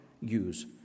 use